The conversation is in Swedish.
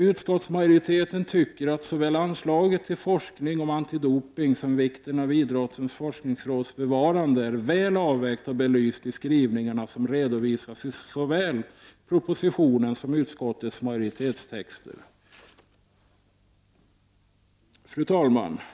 Utskottsmajoriteten tycker att såväl anslaget till forskning om antidopning som vikten av idrottens forskningsråds bevarande är väl avvägt och belyst i skrivningarna som redovisas i såväl propositionen som utskottsmajoritetens texter. Fru talman!